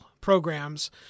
programs